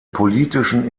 politischen